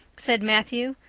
said matthew,